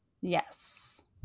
Yes